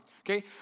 Okay